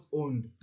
owned